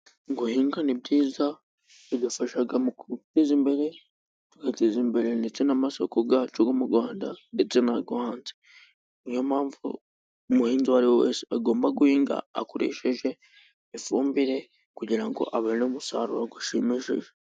Guhinga ni byiza bidufasha mu kwiteza imbere tugateza imbere ndetse n'amasoko yacu yo mu Rwanda ndetse n'ayo hanze. Ni yo mpamvu umuhinzi uwo ariwe wese agomba guhinga akoresheje ifumbire kugira ngo abone umusaruro ushimishije.